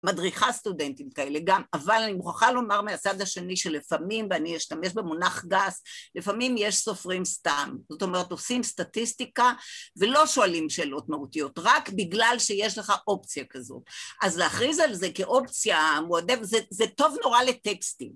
מדריכה סטודנטים כאלה גם, אבל אני מוכרחה לומר מהצד השני שלפעמים, ואני אשתמש במונח גס, לפעמים יש סופרים סתם, זאת אומרת, עושים סטטיסטיקה ולא שואלים שאלות מהותיות, רק בגלל שיש לך אופציה כזאת. אז להכריז על זה כאופציה מועדפת, זה טוב נורא לטקסטים.